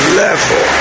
level